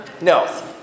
No